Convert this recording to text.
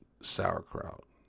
Sauerkraut